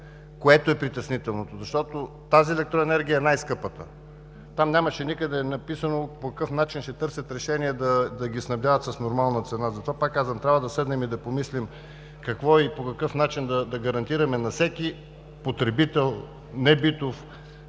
което е притеснителното, защото тази електроенергия е най-скъпата. Там нямаше никъде написано по какъв начин ще търсят решение да ги снабдяват с нормална цена. Затова, пак казвам, трябва да седнем и да помислим какво и по какъв начин да гарантираме на всеки потребител, небитов,